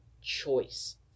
choice